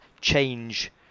change